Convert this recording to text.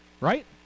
right